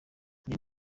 niyo